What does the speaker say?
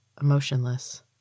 Emotionless